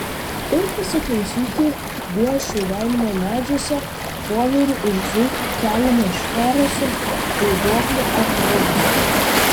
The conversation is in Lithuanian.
ir pasiklausyti vėjo šiurenimo medžiuose voverių ir zuikių keliamo šnaresio vaiduoklių atodūsių